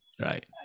right